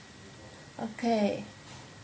okay